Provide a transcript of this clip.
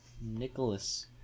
Nicholas